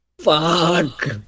Fuck